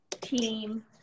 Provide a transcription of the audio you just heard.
team